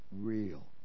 Real